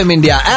India